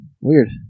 Weird